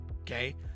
Okay